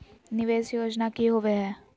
निवेस योजना की होवे है?